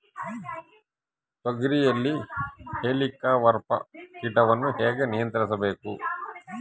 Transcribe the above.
ತೋಗರಿಯಲ್ಲಿ ಹೇಲಿಕವರ್ಪ ಕೇಟವನ್ನು ಹೇಗೆ ನಿಯಂತ್ರಿಸಬೇಕು?